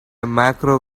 macro